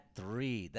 three